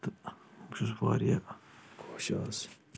تہٕ بہٕ چھُس واریاہ خۄش آز